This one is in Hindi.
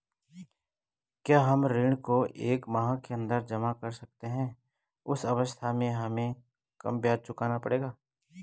क्या हम ऋण को एक माह के अन्दर जमा कर सकते हैं उस अवस्था में हमें कम ब्याज चुकाना पड़ेगा?